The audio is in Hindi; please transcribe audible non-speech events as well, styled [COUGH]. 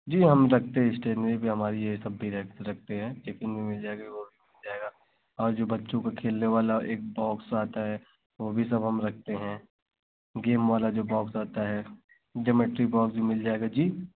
जी हम रखते हैं इस्टेशनरी भी हमारी यह सब भी रखते हैं [UNINTELLIGIBLE] भी मिल जाएगा वह भी मिल जाएगा और जो बच्चों को खेलने वाला एक बॉक्स आता है वह भी सब हम रखते हैं गेम वाला जो बॉक्स [UNINTELLIGIBLE] है ज्यॉमेट्री बॉक्स भी मिल जाएगा जी